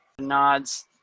nods